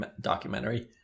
documentary